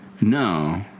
No